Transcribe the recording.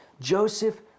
Joseph